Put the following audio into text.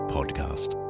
Podcast